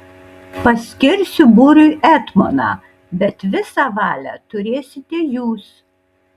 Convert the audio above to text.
paskirsiu būriui etmoną bet visą valią turėsite jūs